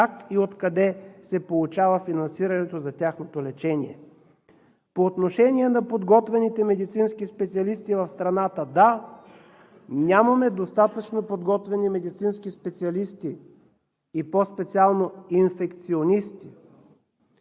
как и откъде се получава финансирането за тяхното лечение. По отношение на подготвените медицински специалисти в страната. Да, нямаме достатъчно подготвени медицински специалисти, и по-специално инфекционисти.